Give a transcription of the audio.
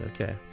Okay